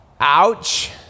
ouch